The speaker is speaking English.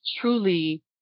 truly